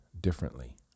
differently